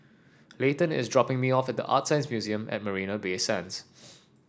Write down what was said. Leighton is dropping me off at ArtScience Museum at Marina Bay Sands